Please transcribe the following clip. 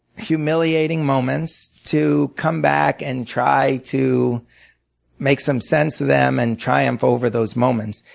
humiliating moments to come back and try to make some sense of them and triumph over those moments.